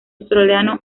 australiano